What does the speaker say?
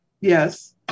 Yes